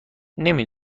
نمی